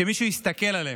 שמישהו יסתכל עליהם,